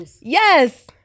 Yes